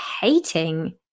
hating